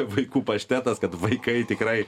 vaikų paštetas kad vaikai tikrai